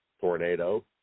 tornado